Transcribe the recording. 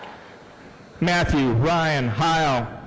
matthew ryan heil.